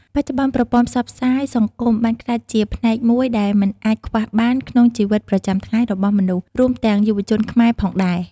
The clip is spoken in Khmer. បច្ចុប្បន្ន ប្រព័ន្ធផ្សព្វផ្សាយសង្គមបានក្លាយជាផ្នែកមួយដែលមិនអាចខ្វះបានក្នុងជីវិតប្រចាំថ្ងៃរបស់មនុស្ស រួមទាំងយុវជនខ្មែរផងដែរ។